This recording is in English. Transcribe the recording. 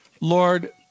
Lord